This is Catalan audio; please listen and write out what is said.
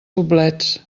poblets